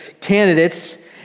candidates